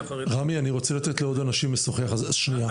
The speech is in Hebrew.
רמי, אני רוצה לתת לעוד אנשים לשוחח, אז בבקשה.